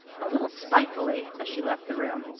a little spitefully, as she left the room.